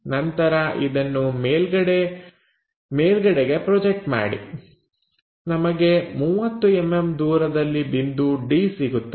ನಂತರ ಇದನ್ನು ಮೇಲ್ಗಡೆಗೆ ಪ್ರೊಜೆಕ್ಟ್ ಮಾಡಿ ನಮಗೆ 30mm ದೂರದಲ್ಲಿ ಬಿಂದು d ಸಿಗುತ್ತದೆ